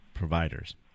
providers